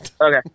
Okay